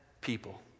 people